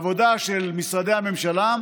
עבודה של משרדי הממשלה,